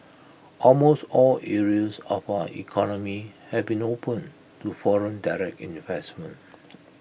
almost all areas of our economy have been opened to foreign direct investment